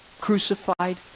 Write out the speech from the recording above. crucified